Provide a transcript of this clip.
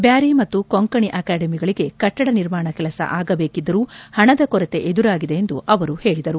ಬ್ನಾರಿ ಮತ್ತು ಕೊಂಕಣಿ ಅಕಾಡೆಮಿಗಳಿಗೆ ಕಟ್ಟಡ ನಿರ್ಮಾಣ ಕೆಲಸ ಆಗಬೇಕಿದ್ದರೂ ಪಣದ ಕೊರತೆ ಎದುರಾಗಿದೆ ಎಂದು ಅವರು ಹೇಳಿದರು